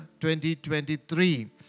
2023